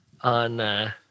on